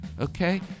okay